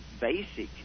basic